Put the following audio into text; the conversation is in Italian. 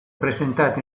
presentato